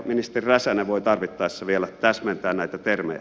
ministeri räsänen voi tarvittaessa vielä täsmentää näitä termejä